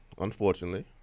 unfortunately